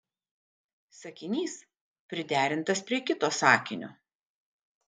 sakinys priderintas prie kito sakinio